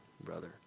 brother